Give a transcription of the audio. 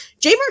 Jamer